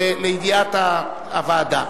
לידיעת הוועדה.